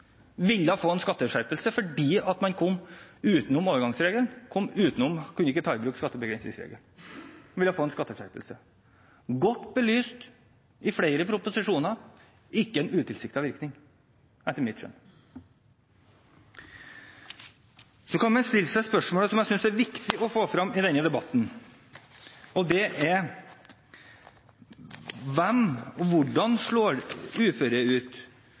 ville få en skatteskjerpelse fordi man kom utenom overgangsregelen, man kom utenom og kunne ikke ta i bruk skattebegrensningsregelen, de ville altså få en skatteskjerpelse. Det var godt belyst i flere proposisjoner, ikke en utilsiktet virkning, etter mitt skjønn. Så kan man stille seg spørsmålet som jeg synes er viktig å få frem i denne debatten, og det er: Hvordan slår ny uføretrygd ut